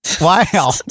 Wow